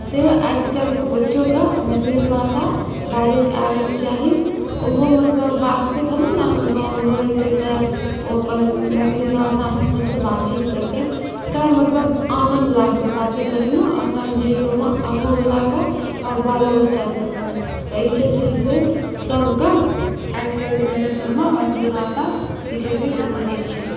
से आजकाल्हिके बच्चोके मैथिली भाषा बाजैके आबैके चाही ओहो मतलब बाजतै तहन ने अपन गामघर अएतै तऽ ओ अपन मैथिली भाषामे सबसँ बातचीत करतै तऽ मतलब आनन्द लागतै बातो करैमे आओर समझैओमे आगूवलाके आओर बालो बच्चासबके तेँ जे छै से सबके आजकाल्हिके जेनेरशनमे मैथिली भाषा सीखैके जरूरी छै